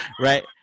Right